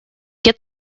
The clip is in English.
get